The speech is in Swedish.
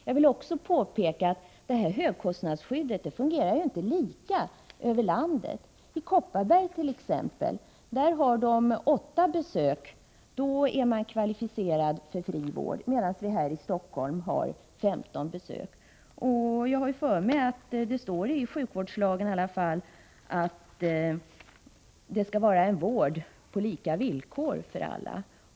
Jag vill även påpeka att detta högkostnadsskydd inte fungerar lika över landet. I Kopparbergs län t.ex. är man efter 8 besök kvalificerad för fri vård, medan det här i Stockholm krävs 15 besök. Jag har för mig att det i sjukvårdslagen står att det skall vara en vård på lika villkor för alla.